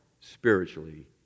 spiritually